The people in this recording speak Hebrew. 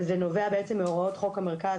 וזה נובע בעצם מהוראות חוק המרכז,